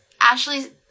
Ashley